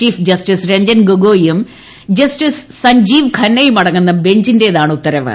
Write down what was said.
chief justice Ranjan ഗൊഗോയും justice സജ്ജീവ് ഖന്നയുമടങ്ങുന്ന ബഞ്ചിന്റേതാണ് ഉത്തരവ്